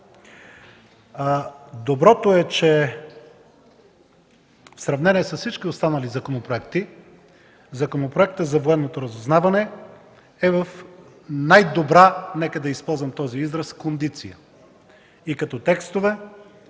Доброто е, че в сравнение с всички останали законопроекти Законопроектът за военното разузнаване е в най-добра, нека да използвам този израз, кондиция – и като текстове,